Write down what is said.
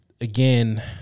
again